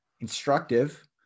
instructive